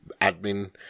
admin